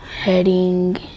heading